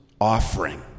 offering